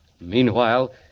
Meanwhile